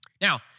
Now